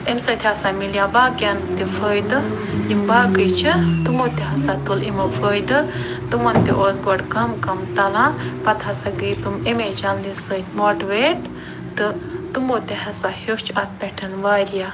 اَمہِ سۭتۍ ہَسا میلو باقین تہِ فٲیدٕ یِم باقٕے چھِ تِمو تہِ ہَسا تُل یِمو فٲیدٕ تِمن تہِ اوس گۄڈٕ کم کم تگاں پتہٕ ہَسا گٔے تِم اَمے چنلہِ سۭتۍ ماٹِویٹ تہٕ تِمو تہِ ہَسا ہیوٚچھ اَتھ پٮ۪ٹھ وارِیاہ